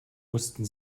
mussten